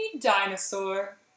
dinosaur